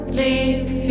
leave